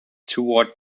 toward